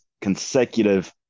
consecutive